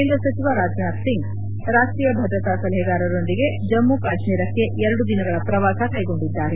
ಕೇಂದ್ರ ಸಚಿವ ರಾಜನಾಥ್ ಸಿಂಗ್ ಅವರು ರಾಷ್ತೀಯ ಭದ್ರತಾ ಸಲಹೆಗಾರರೊಂದಿಗೆ ಜಮ್ಮು ಕಾಶ್ಮೀರಕ್ನೆ ಎರಡು ದಿನಗಳ ಪ್ರವಾಸ ಕೈಗೊಂಡಿದ್ದಾರೆ